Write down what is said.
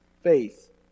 faith